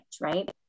right